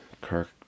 Kirk